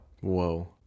Whoa